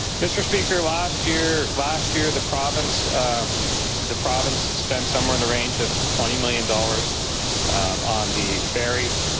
mr. speaker, last year last year the province the province spent somewhere in the range of twenty million dollars on the ferry.